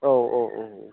औ औ औ